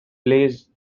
plays